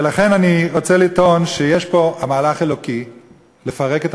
ולכן אני רוצה לטעון שיש פה מהלך אלוקי לפרק את